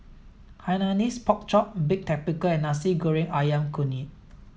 Hainanese pork chop baked tapioca and Nasi Goreng Ayam Kunyit